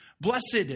Blessed